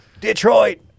Detroit